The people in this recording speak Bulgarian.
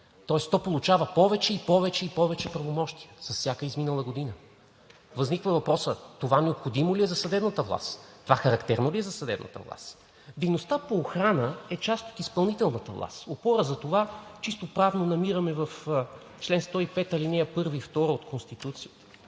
тоест то получава повече, и повече, и повече правомощия с всяка изминала година. Възниква въпросът това необходимо ли е за съдебната власт, това характерно ли е за съдебната власт? Дейността по охрана е част от изпълнителната власт. Опора за това чисто правно намираме в чл. 105, ал. 1 и 2 от Конституцията